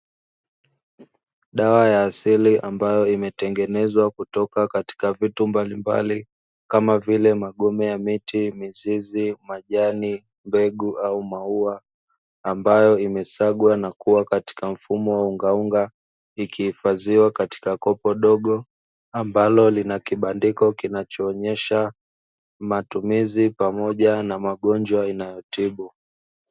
Dawa ya asili ambayo imetengenezawa kutoka katika vitu mbalimbali kama vile magome ya miti, mizizi, majani mbegu au maua ambayo Imesagwa na kua katika mfumo wa ungunga ikihifadhiwa katika kopo dogo ambalo linakibandiko kinachoonyesha matumizi pamoja na magonjwa inayotibu.